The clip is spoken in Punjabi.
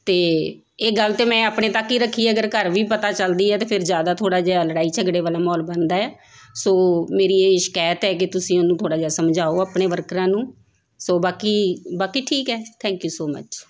ਅਤੇ ਇਹ ਗੱਲ ਤਾਂ ਮੈਂ ਆਪਣੇ ਤੱਕ ਹੀ ਰੱਖੀ ਅਗਰ ਘਰ ਵੀ ਪਤਾ ਚੱਲਦੀ ਹੈ ਤਾਂ ਫਿਰ ਜ਼ਿਆਦਾ ਥੋੜ੍ਹਾ ਜਿਹਾ ਲੜਾਈ ਝਗੜੇ ਵਾਲਾ ਮਾਹੌਲ ਬਣਦਾ ਆ ਸੋ ਮੇਰੀ ਇਹ ਸ਼ਿਕਾਇਤ ਹੈ ਕਿ ਤੁਸੀਂ ਉਹਨੂੰ ਥੋੜ੍ਹਾ ਜਿਹਾ ਸਮਝਾਉ ਆਪਣੇ ਵਰਕਰਾਂ ਨੂੰ ਸੋ ਬਾਕੀ ਬਾਕੀ ਠੀਕ ਹੈ ਥੈਂਕ ਯੂ ਸੋ ਮਚ